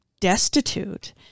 destitute